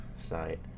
site